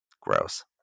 Gross